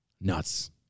Nuts